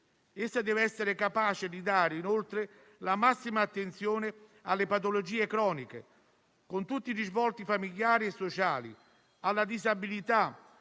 Essa deve essere capace di dare, inoltre, la massima attenzione alle patologie croniche, con tutti i risvolti familiari e sociali, alla disabilità,